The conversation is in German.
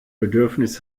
bedürfnis